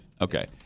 okay